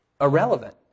irrelevant